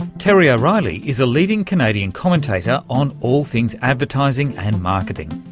ah terry o'reilly is a leading canadian commentator on all things advertising and marketing.